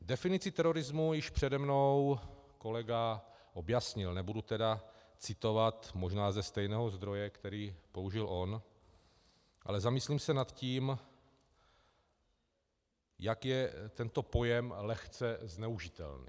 Definici terorismu již přede mnou kolega objasnil, nebudu tedy citovat možná ze stejného zdroje, který použil on, ale zamyslím se nad tím, jak je tento pojem lehce zneužitelný.